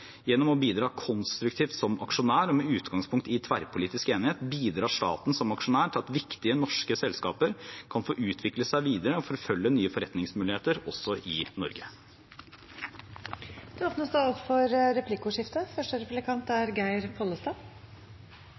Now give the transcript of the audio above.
Gjennom å bidra konstruktivt som aksjonær og med utgangspunkt i tverrpolitisk enighet bidrar staten som aksjonær til at viktige norske selskaper kan få utvikle seg videre og forfølge nye forretningsmuligheter også i